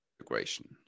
integration